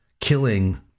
killing